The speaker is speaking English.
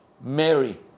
Mary